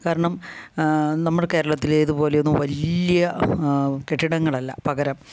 കാരണം നമ്മൾ കേരളത്തിലേത് പോലെ ഒന്നും വലിയ കെട്ടിടങ്ങളല്ല പകരം